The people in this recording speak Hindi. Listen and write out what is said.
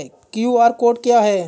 क्यू.आर कोड क्या है?